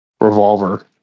revolver